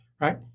right